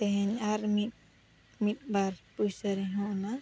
ᱛᱮᱦᱮᱧ ᱟᱨ ᱢᱤᱫ ᱢᱤᱫ ᱵᱟᱨ ᱯᱚᱭᱥᱟ ᱨᱮᱦᱚᱸ ᱚᱱᱟ